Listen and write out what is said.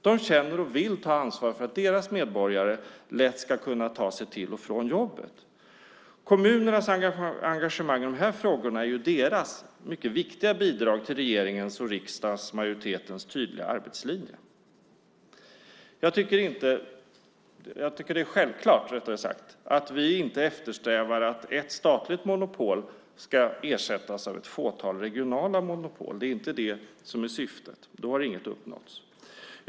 De känner och vill ta ansvar för att deras medborgare lätt ska kunna ta sig till och från jobbet. Kommunernas engagemang i dessa frågor är deras mycket viktiga bidrag till regeringens och riksdagsmajoritetens tydliga arbetslinje. Jag tycker att det är självklart att vi inte eftersträvar att ett statligt monopol ska ersättas av ett fåtal regionala monopol. Det är inte det som är syftet. Då har inget uppnåtts.